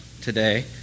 today